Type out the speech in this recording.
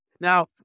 Now